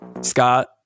Scott